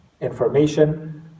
information